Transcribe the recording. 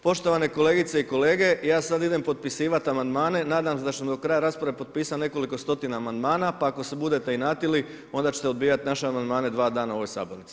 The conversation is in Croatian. Poštovane kolegice i kolege, ja sada idem potpisivat amandmane, nadam se da ćemo do kraja rasprave potpisati nekoliko stotina amandmana, pa ako se budete inatili, onda ćete odbijati naše amandmane, 2 dana u ovoj sabornici.